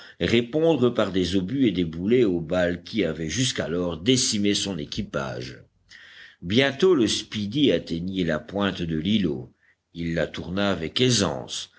répondre par des obus et des boulets aux balles qui avaient jusqu'alors décimé son équipage bientôt le speedy atteignit la pointe de l'îlot il la tourna avec aisance